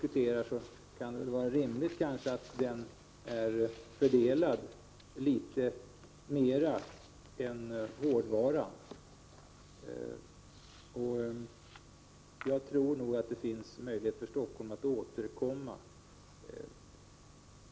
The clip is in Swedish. Det kan kanske vara rimligt att den är litet mer fördelad än hårdvaran. Jag tror nog att det finns möjlighet för Stockholm att återkomma.